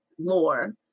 lore